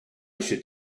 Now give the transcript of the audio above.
should